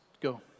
go